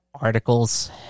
articles